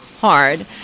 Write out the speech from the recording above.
hard